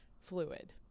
fluid